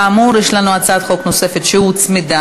כאמור, יש לנו הצעת חוק נוספת שהוצמדה,